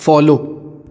follow